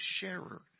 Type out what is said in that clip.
sharer